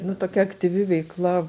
nu tokia aktyvi veikla